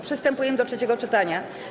Przystępujemy do trzeciego czytania.